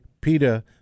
PETA